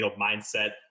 mindset